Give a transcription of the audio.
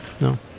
No